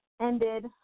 ended